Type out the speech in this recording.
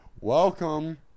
welcome